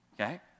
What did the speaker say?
Okay